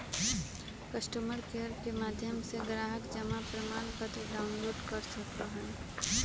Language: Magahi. कस्टमर केयर के माध्यम से ग्राहक जमा प्रमाणपत्र डाउनलोड कर सका हई